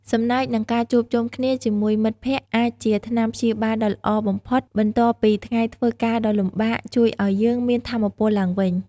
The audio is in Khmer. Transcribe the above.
សំណើច និងការជួបជុំគ្នាជាមួយមិត្តភក្តិអាចជា "ថ្នាំព្យាបាល" ដ៏ល្អបំផុតបន្ទាប់ពីថ្ងៃធ្វើការដ៏លំបាក ជួយឱ្យយើងមានថាមពលឡើងវិញ។